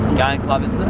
game club is this?